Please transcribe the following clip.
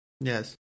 Yes